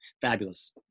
Fabulous